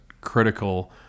critical